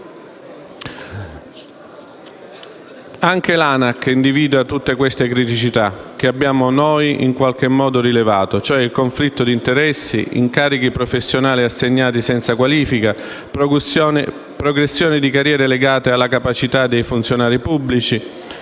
Anche l'ANAC individua tutte le criticità che noi abbiamo rilevato: conflitto di interessi, incarichi professionali assegnati senza qualifica, progressione di carriere legata non alla capacità dei funzionari pubblici,